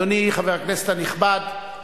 אדוני חבר הכנסת הנכבד,